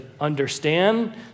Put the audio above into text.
understand